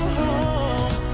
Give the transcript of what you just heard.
home